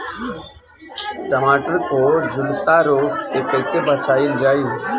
टमाटर को जुलसा रोग से कैसे बचाइल जाइ?